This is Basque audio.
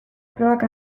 probak